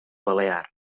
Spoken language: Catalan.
balears